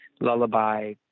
lullaby